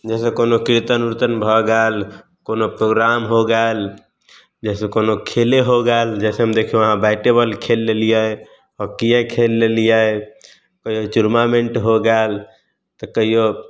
जइसे कोनो कीर्तन उर्तन भऽ गेल कोनो प्रोग्राम हो गेल जइसे कोनो खेले हो गेल जइसे हम देखियौ अहाँ बैटेबाॅल खेल लेलियै हॉकिये खेल लेलियै ओहि जग टुरनामेंट हो गेल तऽ कहियो